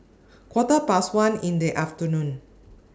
Quarter Past one in The afternoon